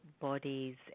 bodies